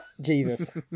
Jesus